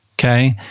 okay